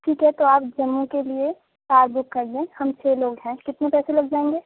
ٹھیک ہے تو آپ جمّوں کے لیے کار بک کر دیں ہم چھ لوگ ہیں کتنے پیسے لگ جائیں گے